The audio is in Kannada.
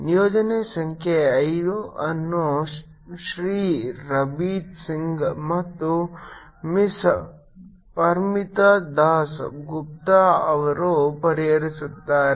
ನಿಯೋಜನೆ ಸಂಖ್ಯೆ ಐದು ಅನ್ನು ಶ್ರೀ ರಬೀತ್ ಸಿಂಗ್ ಮತ್ತು ಮಿಸ್ ಪರ್ಮಿತಾ ದಾಸ್ ಗುಪ್ತಾ ಅವರು ಪರಿಹರಿಸುತ್ತಾರೆ